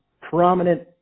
prominent